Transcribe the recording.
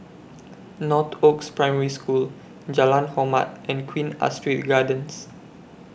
Northoaks Primary School Jalan Hormat and Queen Astrid Gardens